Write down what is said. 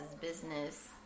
business